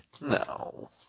No